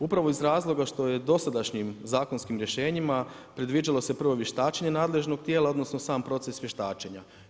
Upravo iz razloga što je dosadašnjim zakonskim rješenjima, predviđalo se prvo vještačenje nadležnog tijela, odnosno, sam proces vještačenja.